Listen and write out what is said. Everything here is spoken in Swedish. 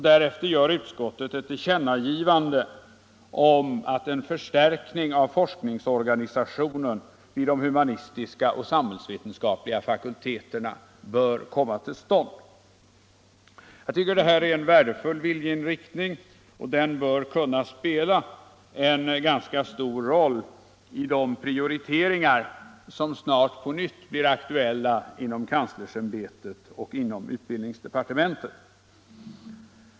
Därefter gör utskottet ett tillkännagivande om att en förstärkning av forskningsorganisationen vid de humanistiska och samhällsvetenskapliga fakulteterna bör komma till stånd. Jag tycker det är en värdefull viljeinriktning, som bör kunna spela en ganska stor roll i de prioriteringar som snart på nytt kan bli aktuella inom kanslersämbetet och inom utbildningsdepartementet.